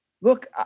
Look